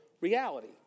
reality